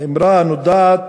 האמרה הנודעת,